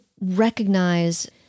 recognize